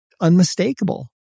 unmistakable